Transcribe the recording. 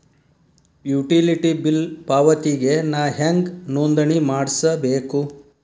Utility bill ಪಾವತಿಗೆ ನಾ ಹೆಂಗ್ ನೋಂದಣಿ ಮಾಡ್ಸಬೇಕು?